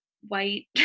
white